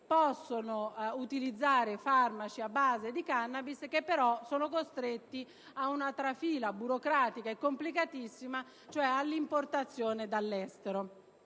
possono utilizzare farmaci a base di *cannabis* e sono, però, costretti a una trafila burocratica complicatissima, cioè all'importazione dall'estero.